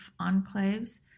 enclaves